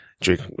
drink